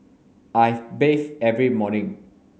I bathe every morning